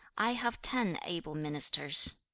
i have ten able ministers